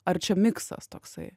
ar čia miksas toksai